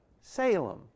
Salem